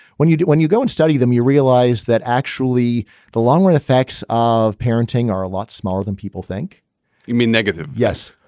when you do when you go and study them, you realize that actually the long run effects of parenting are a lot smaller than people think you mean negative? yes.